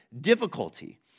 difficulty